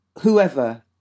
whoever